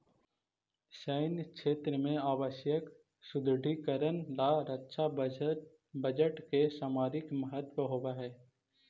सैन्य क्षेत्र में आवश्यक सुदृढ़ीकरण ला रक्षा बजट के सामरिक महत्व होवऽ हई